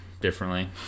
differently